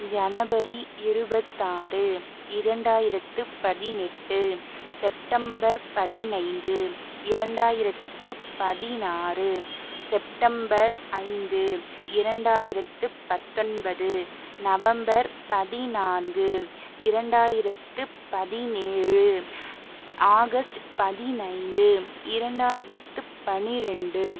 ஜனவரி இருபத்தாறு இரெண்டாயிரத்து பதினெட்டு செப்டம்பர் பதினைந்து இரெண்டாயிரத்து பதினாறு செப்டம்பர் ஐந்து இரெண்டாயிரத்து பத்தொன்பது நவம்பர் பதினான்கு இரெண்டாயிரத்து பதினேழு ஆகஸ்ட் பதினைத்து இரெண்டாயிரத்து பன்னிரெண்டு